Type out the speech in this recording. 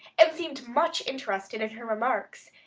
and seemed much interested in her remarks,